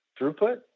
throughput